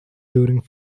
during